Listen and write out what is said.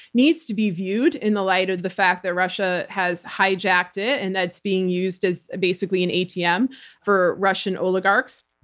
needs to be viewed in the light of the fact that russia has hijacked it and that's being used as basically an atm for russian oligarchs.